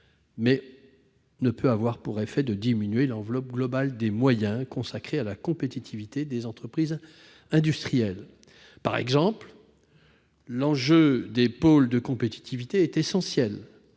mais il ne peut avoir pour effet de diminuer l'enveloppe globale des moyens consacrés à la compétitivité des entreprises industrielles. Par exemple, l'enjeu des pôles de compétitivité est essentiel.